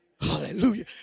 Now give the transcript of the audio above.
Hallelujah